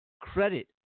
credit